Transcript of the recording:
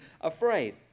afraid